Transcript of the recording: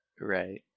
Right